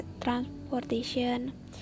transportation